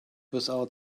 without